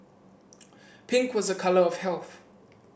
pink was a colour of health